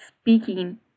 speaking